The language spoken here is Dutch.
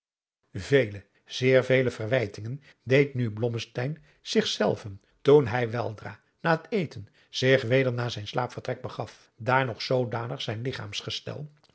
vele zeer vele verwijringen deed nu blommesteyn zich zelven toen hij weldra na het eten zich weder naar zijn slaapvertrek begaf daar nog zoodanig zijn